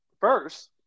First